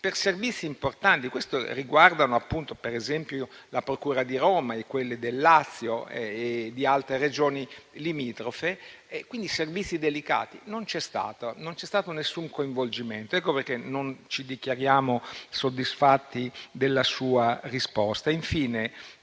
per servizi importanti che riguardano, per esempio, la procura di Roma, quelle del Lazio e di altre Regioni limitrofe; si tratta di servizi delicati. Non c'è stato alcun coinvolgimento, ed ecco perché non ci dichiariamo soddisfatti della sua risposta.